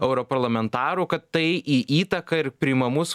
europarlamentarų kad tai į įtaką ir priimamus